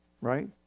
Right